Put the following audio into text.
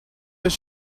does